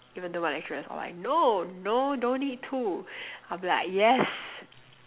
even though my lecturers all like no no don't need to I'll be like yes